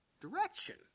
direction